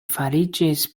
fariĝis